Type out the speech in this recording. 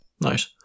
Nice